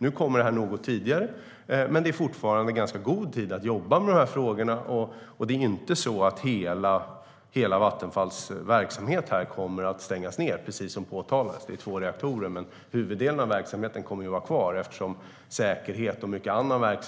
Nu blir det en något tidigare stängning, men det finns fortfarande ganska gott om tid för att jobba med dessa frågor. Det är inte så att Vattenfalls hela verksamhet i Ringhals kommer att stängas ned. Det rör sig om två reaktorer, men huvuddelen av verksamheten kommer att vara kvar eftersom detta med säkerhet och mycket annat